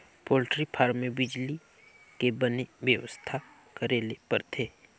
poultry farm में बिजली के बने बेवस्था करे ले परथे